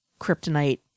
Kryptonite